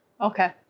okay